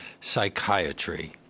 psychiatry